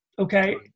okay